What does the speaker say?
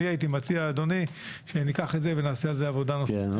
הייתי מציע שניקח את זה ונעשה על זה עבודה נוספת.